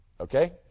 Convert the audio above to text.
Okay